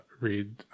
read